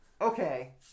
Okay